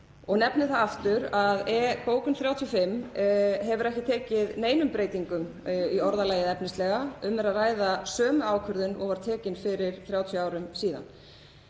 nefni það aftur að bókun 35 hefur ekki tekið neinum breytingum í orðalagi eða efnislega. Um er að ræða sömu ákvörðun og var tekin fyrir 30 árum.